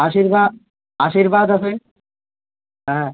আশীর্বাদ আশীর্বাদ আছে হ্যাঁ